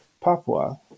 Papua